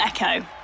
Echo